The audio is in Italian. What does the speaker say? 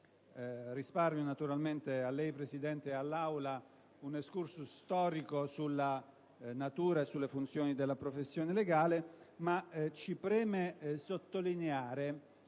Risparmio naturalmente a lei, Presidente, e all'Assemblea un *excursus* storico sulla natura e sulle funzioni della professione legale; tuttavia, ci preme sottolineare